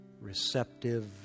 receptive